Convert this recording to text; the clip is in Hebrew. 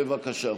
בבקשה.